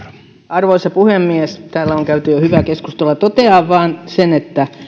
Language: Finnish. arvoisa puhemies täällä on käyty jo hyvää keskustelua totean vain sen että